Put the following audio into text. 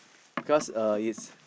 because uh it's